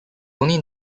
only